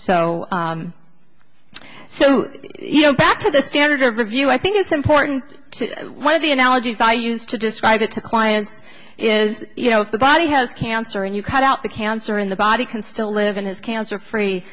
so so you know back to the standard of review i think it's important to one of the analogies i use to describe it to clients is you know if the body has cancer and you cut out the cancer in the body can still live in his cancer free